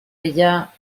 ella